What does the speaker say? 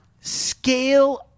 scale